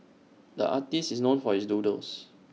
the artist is known for his doodles